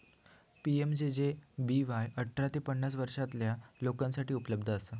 PMJJBY अठरा ते पन्नास वर्षांपर्यंतच्या लोकांसाठी उपलब्ध असा